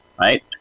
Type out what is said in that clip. Right